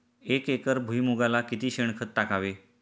एक एकर भुईमुगाला किती शेणखत टाकावे?